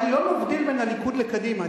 אני לא מבדיל בין הליכוד לקדימה.